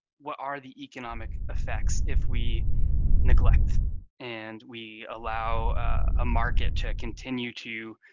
what are the economic effects if we neglect and we allow a market to continue to